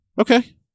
Okay